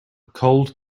cold